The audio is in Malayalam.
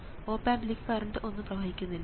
ഓപ് ആമ്പിലേക്ക് കറണ്ട് ഒന്നും പ്രവഹിക്കുന്നില്ല